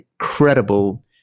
Incredible